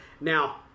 Now